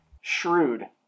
shrewd